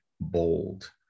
bold